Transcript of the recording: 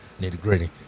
nitty-gritty